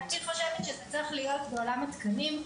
אני חושבת שזה צריך להיות בעולם התקנים.